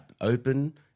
open